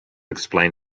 explain